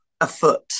afoot